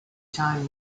time